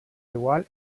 igual